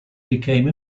became